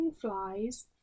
flies